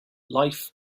life